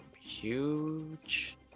huge